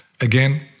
again